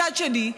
מצד שני,